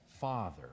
Father